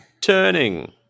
Turning